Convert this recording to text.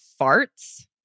farts